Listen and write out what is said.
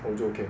then 我就 okay 了